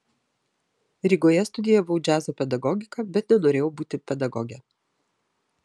rygoje studijavau džiazo pedagogiką bet nenorėjau būti pedagoge